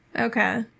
Okay